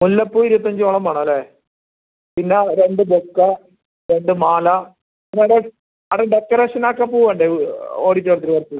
മുല്ലപ്പൂ ഇരുപത്തഞ്ച് മുഴം വേണമല്ലേ പിന്നെ രണ്ട് ബൊക്കെ രണ്ട് മാല പിന്നെ അത് ഡെക്കറേഷൻ ആക്കാൻ പൂ വേണ്ടേ ഓഡിറ്റോറിയത്തിന് പുറത്ത്